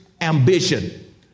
ambition